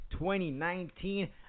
2019